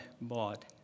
bought